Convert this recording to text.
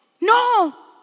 No